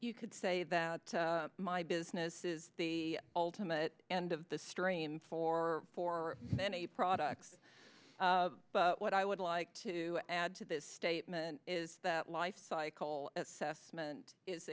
you could say that my business is the ultimate end of the stream for for many products but what i would like to add to this statement is that lifecycle assessment is